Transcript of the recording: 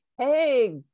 Hey